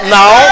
now